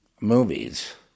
movies